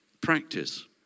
Practice